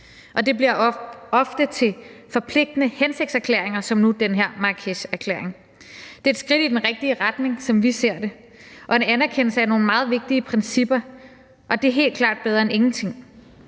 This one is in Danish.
det bliver ofte til forpligtende hensigtserklæringer som nu den her Marrakesherklæring. Det er et skridt i den rigtige retning, som vi ser det, og en anerkendelse af nogle meget vigtige principper, og det er helt klart bedre end ingenting.